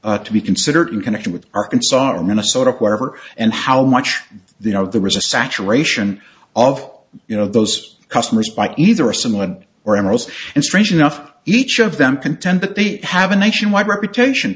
to be considered in connection with arkansas or minnesota wherever and how much they know the resist saturation of you know those customers by either a samoan or amorous and strangely enough each of them contend that they have a nationwide reputation